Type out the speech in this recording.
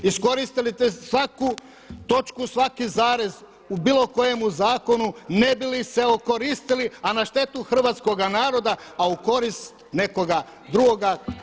Iskoristili ste svaku točku, svaki zarez u bilo kojemu zakonu ne bili se okoristili, a na štetu hrvatskoga naroda, a u korist nekoga drugoga.